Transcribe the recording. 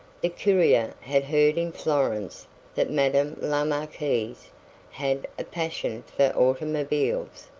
the courier had heard in florence that madame la marquise had a passion for automobiles.